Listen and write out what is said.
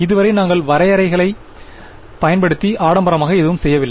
இதுவரை நாங்கள் வரையறைகளைப் பயன்படுத்திய ஆடம்பரமான எதையும் செய்யவில்லை